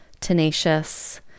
tenacious